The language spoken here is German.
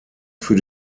für